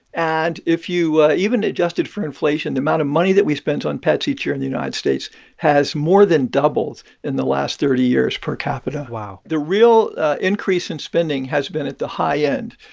and if you even adjusted for inflation, the amount of money that we spent on pets each year in the united states has more than doubled in the last thirty years per capita wow the real increase in spending has been at the high end.